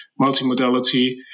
multimodality